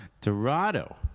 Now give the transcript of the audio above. Dorado